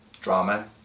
drama